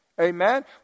Amen